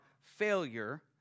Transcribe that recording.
failure